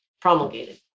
promulgated